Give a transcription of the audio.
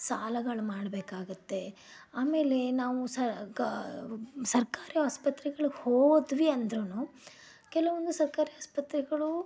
ಸಾಲಗಳು ಮಾಡ್ಬೇಕಾಗತ್ತೆ ಆಮೇಲೆ ನಾವು ಸಾ ಗಾ ಸರ್ಕಾರಿ ಆಸ್ಪತ್ರೆಗಳಿಗೆ ಹೋದ್ವಿ ಅಂದರುನೂ ಕೆಲವು ಸರ್ಕಾರಿ ಆಸ್ಪತ್ರೆಗಳು